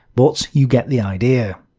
but you get the idea.